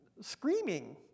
screaming